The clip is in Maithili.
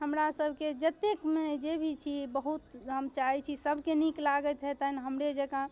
हमरासभके जतेकमे जे भी छी बहुत हम चाहै छी सभके नीक लागैत हेतनि हमरेजकाँ